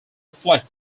reflect